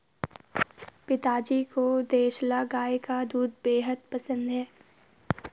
पिताजी को देसला गाय का दूध बेहद पसंद है